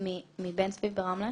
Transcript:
הראל מבן צבי ברמלה.